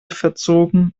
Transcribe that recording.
verzogen